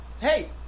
Hey